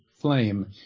flame